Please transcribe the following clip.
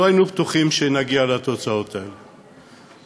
לא היינו בטוחים שנגיע לתוצאות האלה.